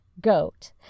goat